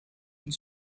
und